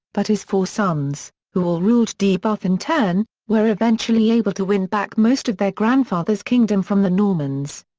but his four sons, who all ruled deheubarth in turn, were eventually able to win back most of their grandfather's kingdom from the normans.